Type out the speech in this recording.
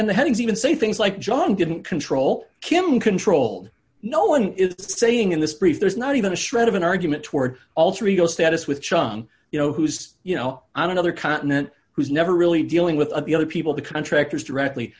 and the headings even say things like john didn't control kim controlled no one is saying in this brief there's not even a shred of an argument toward alter ego status with chung you know who's you know on another continent who's never really dealing with the other people the contractors directly